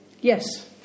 Yes